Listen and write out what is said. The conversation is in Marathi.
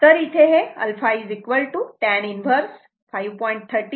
तर इथे हे 𝜶 tan 1 5